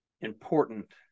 important